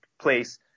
place